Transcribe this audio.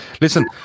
Listen